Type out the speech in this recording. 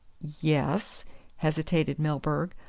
yes hesitated milburgh.